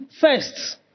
first